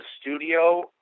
studio